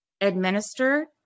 administer